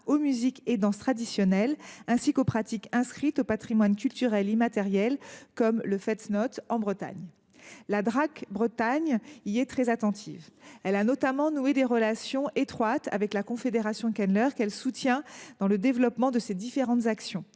aux musiques et danses traditionnelles, ainsi qu’aux pratiques inscrites au patrimoine culturel immatériel, comme le en Bretagne. La Drac de Bretagne y est très attentive. Elle a notamment noué des relations étroites avec la confédération Kenleur, qu’elle soutient dans le développement de ses différentes actions